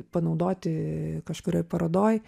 panaudoti kažkurioj parodoj